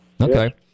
okay